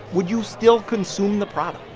would you still consume the product?